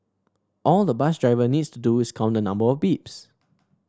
all the bus driver needs to do is count the number of beeps